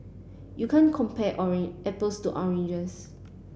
you can't compare apples to oranges